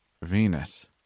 Venus